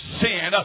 sin